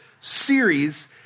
series